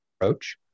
approach